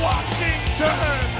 Washington